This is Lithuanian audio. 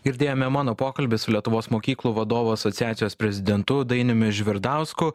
girdėjome mano pokalbį su lietuvos mokyklų vadovų asociacijos prezidentu dainiumi žvirdausku